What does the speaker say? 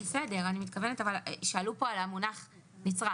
בסדר, אבל שאלו פה על המונח "נצרך".